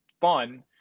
fun